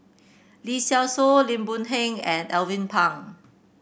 Lee Seow Ser Lim Boon Heng and Alvin Pang